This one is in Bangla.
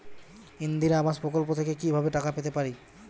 ইন্দিরা আবাস প্রকল্প থেকে কি ভাবে টাকা পেতে পারি?